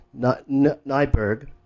Nyberg